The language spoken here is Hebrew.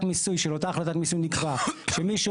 בהחלטת מיסוי של אותה החלטת מיסוי נקרא שמי שהוא